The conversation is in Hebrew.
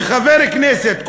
וחבר כנסת,